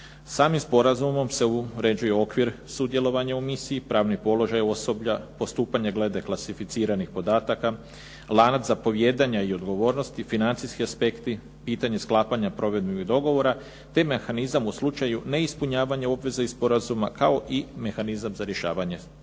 Samim sporazumom se uređuje okvir sudjelovanja u misiji, pravni položaj osoblja, postupanje glede klasificiranih podataka, lanac zapovijedanja i odgovornosti, financijski aspekti, pitanje sklapanja provedbenih dogovora, te mehanizam u slučaju neispunjavanja obveze iz sporazuma kao i mehanizam za rješavanje